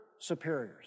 superiors